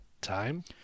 time